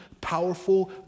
powerful